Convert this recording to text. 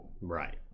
right